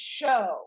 show